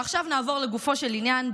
ועכשיו נעבור לגופו של עניין,